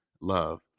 love